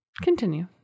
Continue